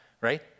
right